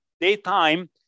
daytime